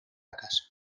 casa